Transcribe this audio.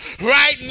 right